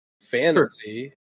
fantasy